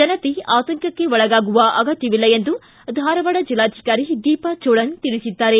ಜನತೆ ಆತಂಕಕ್ಕೆ ಒಳಗಾಗುವ ಅಗತ್ಯವಿಲ್ಲ ಎಂದು ಧಾರವಾಡ ಜಿಲ್ಲಾಧಿಕಾರಿ ದೀಪಾ ಜೋಳನ್ ತಿಳಿಸಿದ್ದಾರೆ